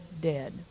dead